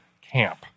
camp